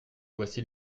voici